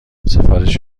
سفارش